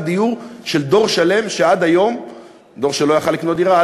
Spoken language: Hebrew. דיור של דור שלם שלא יכול היה לקנות דירה,